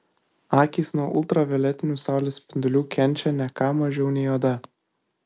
akys nuo ultravioletinių saulės spindulių kenčia ne ką mažiau nei oda